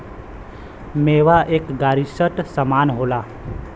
मेवा एक गरिश्ट समान होला